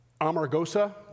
Amargosa